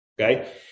Okay